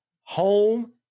home